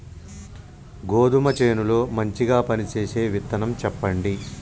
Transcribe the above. గోధుమ చేను లో మంచిగా పనిచేసే విత్తనం చెప్పండి?